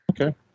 Okay